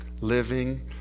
living